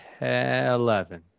eleven